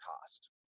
cost